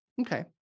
Okay